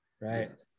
right